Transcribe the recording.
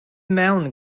mewn